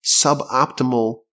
suboptimal